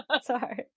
sorry